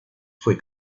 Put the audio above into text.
fue